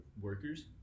workers